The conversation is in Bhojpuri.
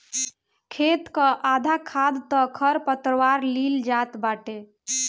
खेत कअ आधा खाद तअ खरपतवार लील जात बाटे